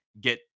get